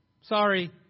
Sorry